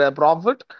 profit